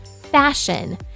fashion